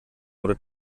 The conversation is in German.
oder